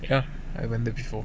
ya I went there before